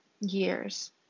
years